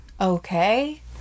Okay